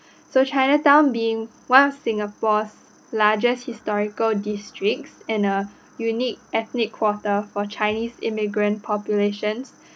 so chinatown being one of singapore's largest historical district and a unique ethnic quarter for chinese immigrant populations